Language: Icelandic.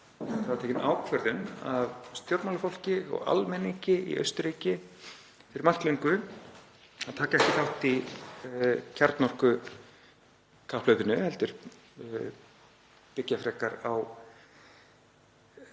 var ákvörðun af stjórnmálafólki og almenningi í Austurríki fyrir margt löngu um að taka ekki þátt í kjarnorkukapphlaupinu heldur byggja frekar á